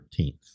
13th